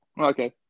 Okay